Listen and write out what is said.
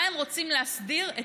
מה הם רוצים להסדיר?